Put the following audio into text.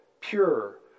pure